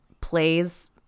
plays